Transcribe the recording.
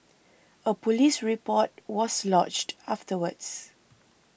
a police report was lodged afterwards